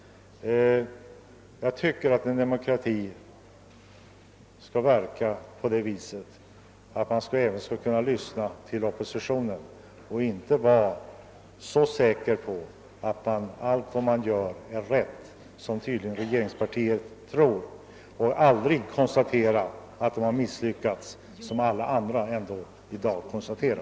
Jag tycker att en demokrati skall verka så, att man även lyssnar till oppositionen och att man inte skall vara så säker på att allt man gör är rätt, vilket regeringspartiet tydligen tror. Man vill aldrig konstatera att man misslyckats, något som alla andra ändå i dag kan konstatera.